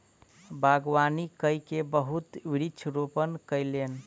बागवानी कय के बहुत वृक्ष रोपण कयलैन